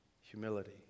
humility